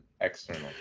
external